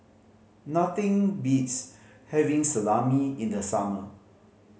nothing beats having Salami in the summer